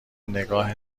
نگاه